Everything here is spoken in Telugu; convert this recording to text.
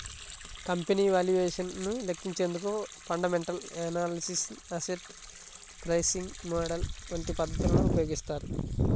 కంపెనీ వాల్యుయేషన్ ను లెక్కించేందుకు fundamental analysis, asset pricing model వంటి పద్ధతులను ఉపయోగిస్తారు